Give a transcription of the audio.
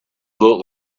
looked